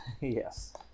Yes